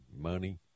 money